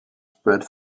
spread